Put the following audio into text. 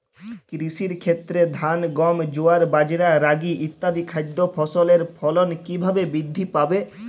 কৃষির ক্ষেত্রে ধান গম জোয়ার বাজরা রাগি ইত্যাদি খাদ্য ফসলের ফলন কীভাবে বৃদ্ধি পাবে?